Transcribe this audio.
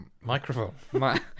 microphone